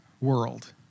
world